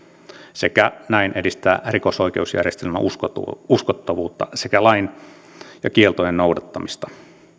sekä näin edistää rikosoikeusjärjestelmän uskottavuutta uskottavuutta sekä lain ja kieltojen noudattamista